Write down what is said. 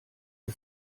der